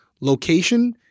location